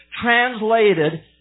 translated